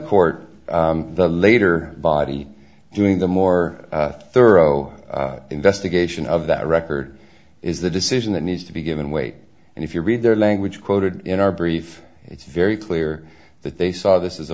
court the later body doing the more thorough investigation of that record is the decision that needs to be given weight and if you read their language quoted in our brief it's very clear that they saw this is a